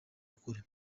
ukuri